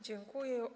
Dziękuję.